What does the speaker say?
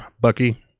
Bucky